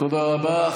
תודה רבה.